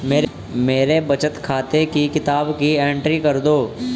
मेरे बचत खाते की किताब की एंट्री कर दो?